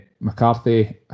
mccarthy